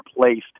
placed